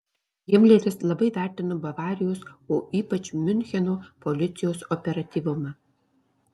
himleris labai vertino bavarijos o ypač miuncheno policijos operatyvumą